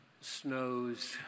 snows